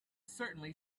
certainly